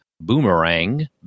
boomerang